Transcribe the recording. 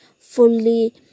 fully